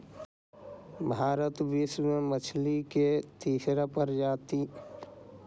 भारत विश्व में मछली के तीसरा सबसे बड़ा उत्पादक हई